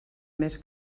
més